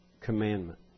commandment